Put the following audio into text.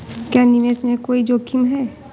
क्या निवेश में कोई जोखिम है?